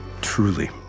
Truly